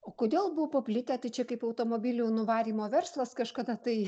o kodėl buvo paplitę tai čia kaip automobilių nuvarymo verslas kažkada tai